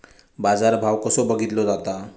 बाजार भाव कसो बघीतलो जाता?